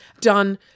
done